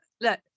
look